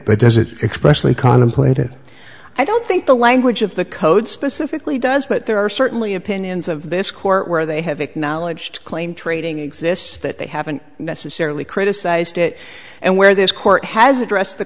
it does it expressly contemplated i don't think the language of the code specifically does but there are certainly opinions of this court where they have acknowledged claim trading exists that they haven't necessarily criticized it and where this court has addressed the